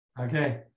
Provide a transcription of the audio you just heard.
Okay